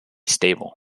stable